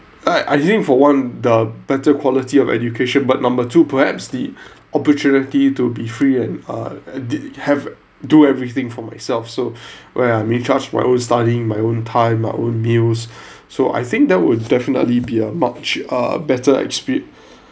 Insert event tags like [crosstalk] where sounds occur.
right I think for one the better quality of education but number two perhaps the [breath] opportunity to be free and uh did have to do everything for myself so [breath] where I'm in charge my own studying my own time my own meals [breath] so I think that would definitely be a much uh better experience